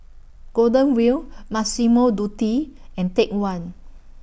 Golden Wheel Massimo Dutti and Take one